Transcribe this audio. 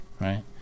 right